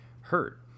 hurt